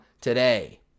today